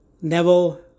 Neville